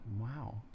Wow